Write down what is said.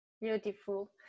beautiful